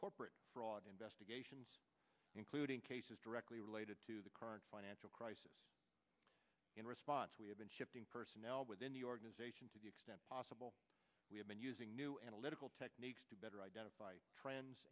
corporate fraud investigations including cases directly related to the current financial crisis in response we have been shifting personnel within the organization to the extent possible we have been using new analytical techniques to better identify trends